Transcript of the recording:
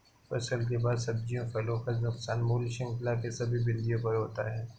फसल के बाद सब्जियों फलों का नुकसान मूल्य श्रृंखला के सभी बिंदुओं पर होता है